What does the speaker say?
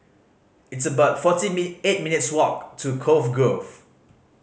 it's about forty eight minutes' walk to Cove Grove